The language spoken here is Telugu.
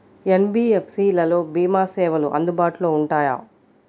ఎన్.బీ.ఎఫ్.సి లలో భీమా సేవలు అందుబాటులో ఉంటాయా?